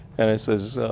and says,